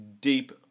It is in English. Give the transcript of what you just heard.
deep